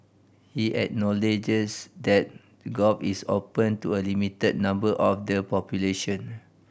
he acknowledges that golf is open to a limited number of the population